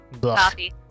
coffee